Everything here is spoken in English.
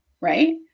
right